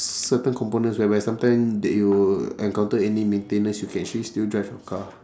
certain components whereby sometime that you'll encounter any maintenance you can actually still drive your car